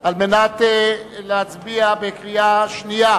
כדי להצביע בקריאה שנייה